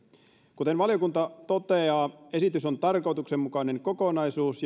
kuten valiokunta toteaa esitys on tarkoituksenmukainen kokonaisuus